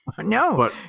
No